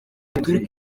haturuka